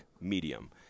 medium